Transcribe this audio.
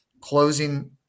closing